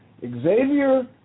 Xavier